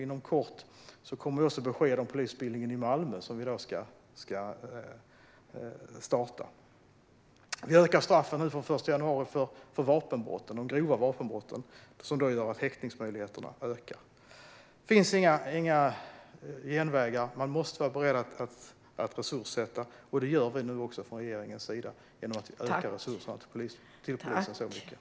Inom kort kommer också besked om den polisutbildning vi ska starta i Malmö. Vi skärper från den 1 januari straffen för de grova vapenbrotten, vilket gör att häktningsmöjligheterna ökar. Det finns inga genvägar. Man måste vara beredd att resurssätta, och det gör vi nu också från regeringens sida genom att öka resurserna till polisen så mycket.